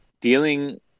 dealing